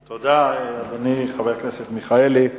תודה, אדוני, חבר הכנסת מיכאלי.